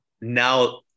Now